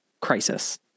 crisis